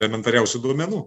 elementariausių duomenų